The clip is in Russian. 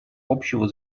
общего